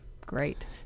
great